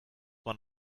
man